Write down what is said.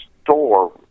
store